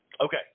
Okay